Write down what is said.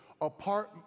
Apart